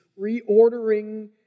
reordering